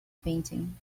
painting